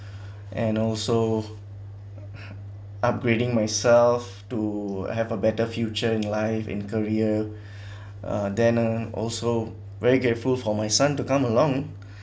and also upgrading myself to have a better future in live in career uh then uh also very grateful for my son to come along